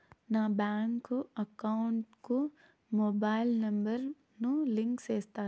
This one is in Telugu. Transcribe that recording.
నా బ్యాంకు అకౌంట్ కు మొబైల్ నెంబర్ ను లింకు చేస్తారా?